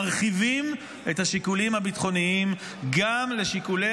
אנחנו מרחיבים את השיקולים הביטחוניים גם לשיקולי